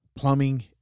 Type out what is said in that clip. plumbing